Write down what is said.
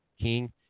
King